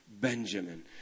Benjamin